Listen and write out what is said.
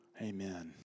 Amen